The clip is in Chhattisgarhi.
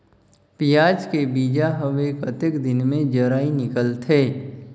पियाज के बीजा हवे कतेक दिन मे जराई निकलथे?